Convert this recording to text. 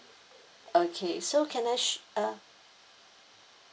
okay so can I sh~ uh